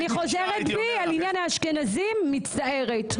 אני חוזרת בי על עניין האשכנזים, מצטערת.